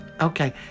Okay